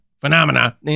Phenomena